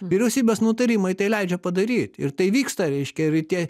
vyriausybės nutarimai tai leidžia padaryt ir tai vyksta reiškia ir tie